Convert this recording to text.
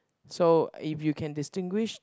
so if you can distinguish